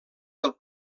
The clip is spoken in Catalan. del